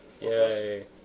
Yay